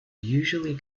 usually